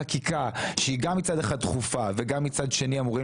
חקיקה שהיא גם מצד אחד דחופה וגם מצד שני אמורים